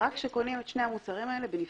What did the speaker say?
מדובר רק כשקונים את שני המוצרים האלה בנפרד,